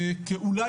כאולי,